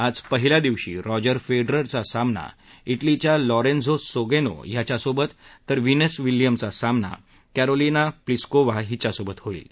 आज पहिल्या दिवशी रॉजर फेडररचा सामना इटलीच्या लॉरेन्झो सोनेगो ह्याच्यासोबत तर व्हिनस विलीअम्सचा सामना कॅरोलीना प्लिस्कोव्हा हिच्यासोबत होईल